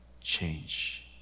change